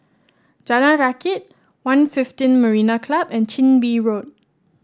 Jalan Rakit One fifteen Marina Club and Chin Bee Road